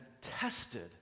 tested